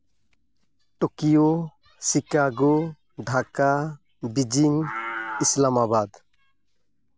Tokyo Chicago Dhaka Beijing Islamabad